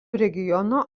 regiono